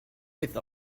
with